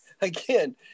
again